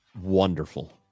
wonderful